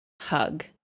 hug